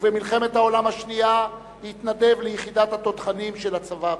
ובמלחמת העולם השנייה התנדב ליחידת התותחנים של הצבא הבריטי.